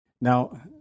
Now